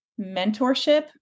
mentorship